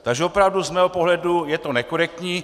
Takže opravdu z mého pohledu je to nekorektní.